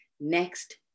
next